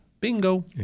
bingo